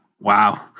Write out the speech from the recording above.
wow